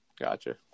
Gotcha